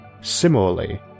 Similarly